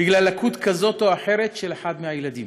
בגלל לקות כזאת או אחרת של אחד מהילדים,